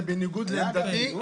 זה בניגוד לעמדתי,